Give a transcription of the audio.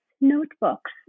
notebooks